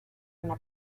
una